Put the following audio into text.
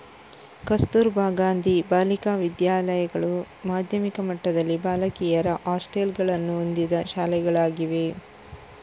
ಕಸ್ತೂರಬಾ ಗಾಂಧಿ ಬಾಲಿಕಾ ವಿದ್ಯಾಲಯಗಳು ಮಾಧ್ಯಮಿಕ ಮಟ್ಟದಲ್ಲಿ ಬಾಲಕಿಯರ ಹಾಸ್ಟೆಲುಗಳನ್ನು ಹೊಂದಿದ ಶಾಲೆಗಳಾಗಿವೆ